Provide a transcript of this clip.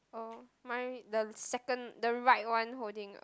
oh mine the second the right one holding